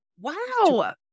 Wow